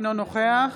אינו נוכח